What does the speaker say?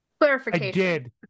Clarification